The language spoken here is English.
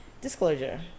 disclosure